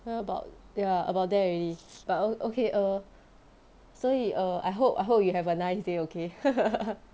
about ya about there already but o~ okay err 所以 err I hope I hope you have a nice day okay